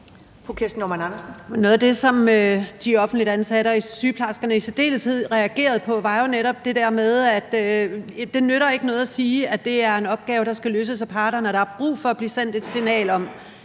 Noget af det, som de offentligt ansatte og sygeplejerskerne i særdeleshed reagerede på, var jo netop det der med, at det ikke nytter noget at sige, at det er en opgave, der skal løses af parterne. Der er brug for, at der bliver sendt et signal om,